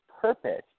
purpose